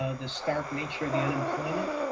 ah the stark nature of the unemployment,